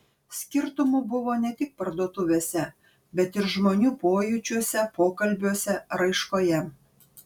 skirtumų buvo ne tik parduotuvėse bet ir žmonių pojūčiuose pokalbiuose raiškoje